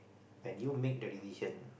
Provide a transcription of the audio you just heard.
when you make the decision